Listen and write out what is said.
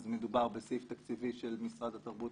אז מדובר בסעיף תקציבי של משרד התרבות